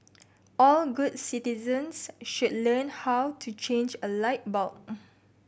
all good citizens should learn how to change a light bulb